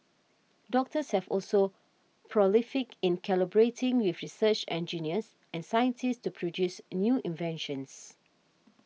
doctors have also been prolific in collaborating with research engineers and scientists to produce new inventions